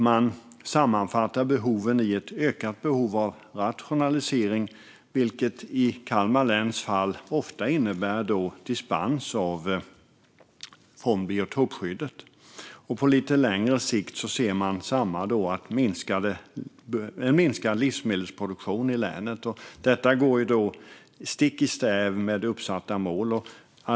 Man sammanfattar behoven som ett ökat behov av rationalisering, vilket i Kalmar läns fall ofta innebär dispens från biotopskyddet. På lite längre sikt ser man en minskad livsmedelsproduktion i länet. Detta går stick i stäv med uppsatta mål.